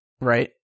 Right